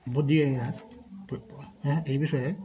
হ্যাঁ এই বিষয়ে